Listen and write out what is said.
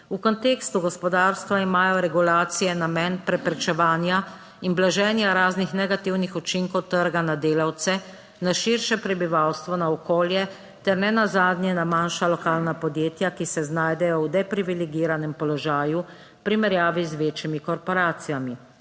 v kontekstu gospodarstva imajo regulacije namen preprečevanja in blaženja raznih negativnih učinkov trga na delavce, na širše prebivalstvo, na okolje ter nenazadnje na manjša lokalna podjetja, ki se znajdejo v deprivilegiranem položaju v primerjavi z večjimi korporacijami.